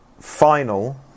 final